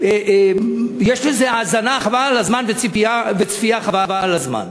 שיש לזה האזנה שחבל על הזמן וצפייה שחבל על הזמן.